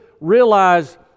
realize